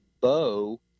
bow